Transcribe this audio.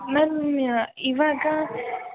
ma'am ಇವಾಗ